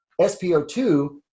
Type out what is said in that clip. SpO2